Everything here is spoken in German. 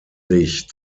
sich